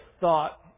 thought